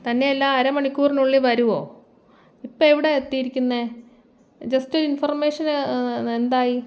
തന്നെയല്ല അരമണിക്കൂറിനുള്ളിൽ വരുമോ ഇപ്പോൾ എവിടെയാണ് എത്തിയിരിക്കുന്നത് ജസ്റ്റ് ഒരു ഇൻഫോർമേഷൻ എന്തായി